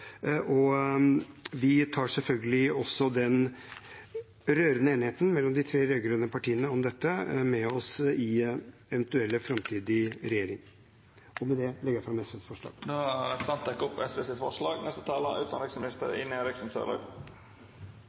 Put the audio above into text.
Vi tar selvfølgelig også den rørende enigheten mellom de tre rød-grønne partiene om dette med oss inn i en eventuell framtidig regjering. Med det tar jeg opp SVs forslag. Representanten Petter Eide har teke opp dei forslaga han refererte til. Jeg er